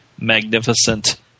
Magnificent